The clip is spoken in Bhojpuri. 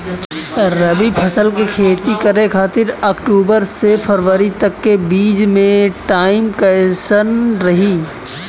रबी फसल के खेती करे खातिर अक्तूबर से फरवरी तक के बीच मे टाइम कैसन रही?